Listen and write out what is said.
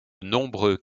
nombreux